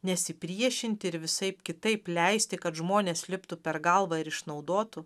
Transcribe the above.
nesipriešinti ir visaip kitaip leisti kad žmonės liptų per galvą ir išnaudotų